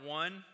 one